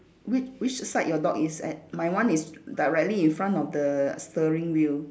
which which side your dog is at my one is directly in front of the steering wheel